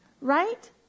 right